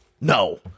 No